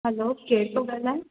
हलो केरि थो ॻाल्हाए